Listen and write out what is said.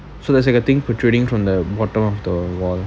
so there's like a thing protruding from the bottom of the wall